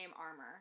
armor